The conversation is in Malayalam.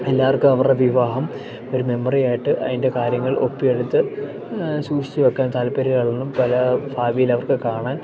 എല്ലാവർക്കും അവരുടെ വിവാഹം ഒരു മെമ്മറിയായിട്ട് അതിൻ്റെ കാര്യങ്ങൾ ഒപ്പിയെടുത്ത് സൂക്ഷിച്ച് വെക്കാൻ താല്പര്യള്ളതും പല ഭാവിയിലവർക്ക് കാണാൻ